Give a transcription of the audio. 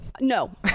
no